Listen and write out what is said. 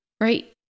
right